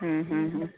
ಹ್ಞೂ ಹ್ಞೂ ಹ್ಞೂ